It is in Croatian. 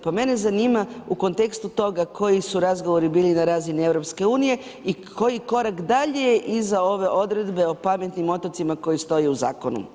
Pa mene zanima u kontekstu toga, koji su razgovori bili na razini EU, i koji korak dalje iza ove odredbe o pametnim otocima koji stoje u zakonu.